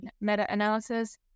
meta-analysis